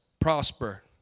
prosper